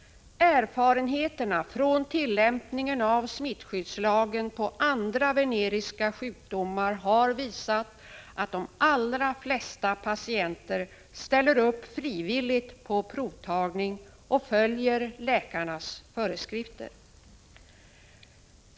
Erfarenheterna från tillämpningen av smittskyddslagen på andra veneriska sjukdomar har visat att de allra flesta patienter ställer upp frivilligt på provtagning och följer läkarnas föreskrifter.